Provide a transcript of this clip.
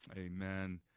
Amen